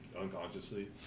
unconsciously